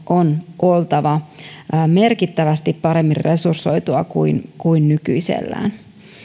on oltava merkittävästi paremmin resursoitua kuin kuin nykyisellään